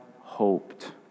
hoped